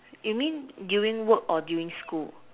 you mean during work or during school